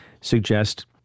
suggest